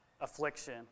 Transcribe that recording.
affliction